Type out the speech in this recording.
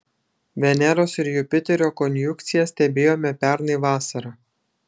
veneros ir jupiterio konjunkciją stebėjome pernai vasarą